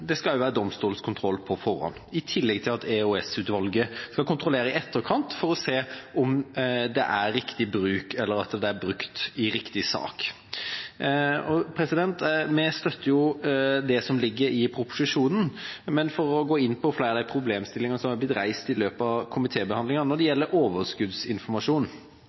det skal være domstolskontroll på forhånd – i tillegg til at EOS-utvalget skal kontrollere i etterkant for å se om det er riktig bruk eller at det er brukt i riktig sak. Vi støtter det som ligger i proposisjonen, men for å gå inn på flere problemstillinger som har blitt reist i løpet at komitébehandlingen: Når det gjelder overskuddsinformasjon,